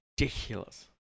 ridiculous